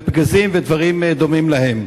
פגזים ודברים דומים להם.